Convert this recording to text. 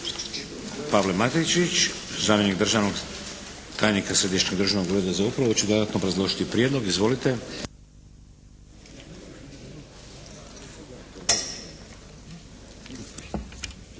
Pavle Matičić, zamjenik državnog tajnika Središnjeg državnog ureda za upravu će dodatno obrazložiti prijedlog. Izvolite.